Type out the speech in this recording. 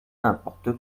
n’importe